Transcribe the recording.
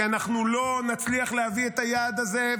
כי אנחנו לא נצליח להביא את היעד הזה,